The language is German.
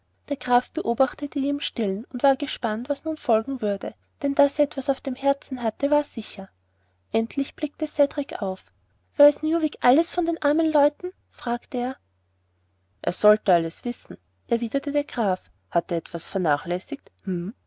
der graf beobachtete ihn im stillen und war gespannt was nun folgen würde denn daß er etwas auf dem herzen hatte war sicher endlich blickte cedrik auf weiß newick alles von den armen leuten fragte er er sollte alles wissen erwiderte der graf hat er etwas vernachlässigt